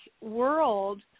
world